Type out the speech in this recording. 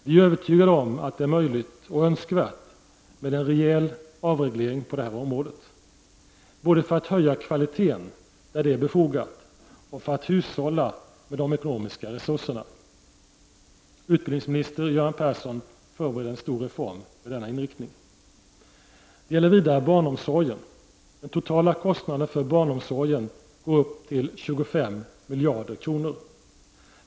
Vi är övertygade om att det är möjligt och önskvärt med en rejäl avreglering på detta område, både för att höja kvaliteten, där det är befogat, och för att hushålla med de ekonomiska resurserna. Utbildningsminister Göran Persson förbereder en stor reform med denna inriktning. — Det gäller vidare barnomsorgen. Den totala kostnaden för barnomsorgen går nu upp till 25 miljarder kronor.